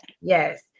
Yes